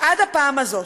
עד הפעם הזאת.